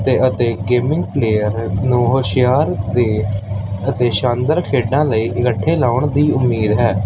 ਤੇ ਅਤੇ gaming player ਨੂੰ ਹੁਸ਼ਿਆਰ ਤੇ ਅਤੇ ਸ਼ਾਨਦਾਰ ਖੇਡਾਂ ਲਈ ਇਕੱਠੇ ਲਾਉਣ ਦੀ ਉਮੀਦ ਹੈ